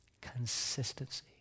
consistency